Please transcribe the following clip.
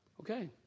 okay